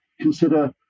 consider